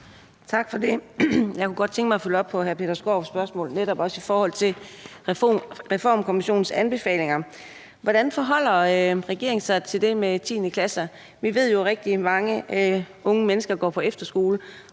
Tak for det. Jeg kunne godt tænke mig at følge op på hr. Peter Skaarups spørgsmål, netop også i forhold til Reformkommissionens anbefalinger. Hvordan forholder regeringen sig til det med 10. klasse? Vi ved jo, at rigtig mange unge mennesker går på efterskole,